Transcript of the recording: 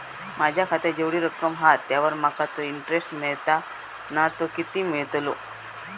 माझ्या खात्यात जेवढी रक्कम हा त्यावर माका तो इंटरेस्ट मिळता ना तो किती मिळतलो?